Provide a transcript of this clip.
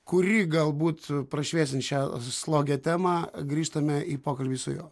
kuri galbūt prašviesins šią slogią temą grįžtame į pokalbį su juo